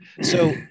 So-